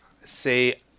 say